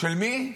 של מי?